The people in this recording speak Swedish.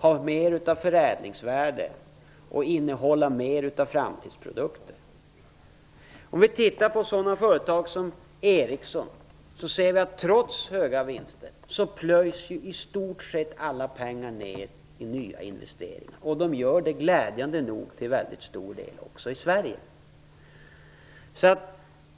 ha mer av förädlingsvärde och omfatta mer av framtidsprodukter. Låt oss titta på sådana företag som Ericsson. Vi ser att trots höga vinster plöjs i stort sett alla pengar ned i nya investeringar, till glädjande stor del i Sverige.